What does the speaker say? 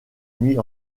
mis